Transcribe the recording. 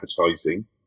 advertising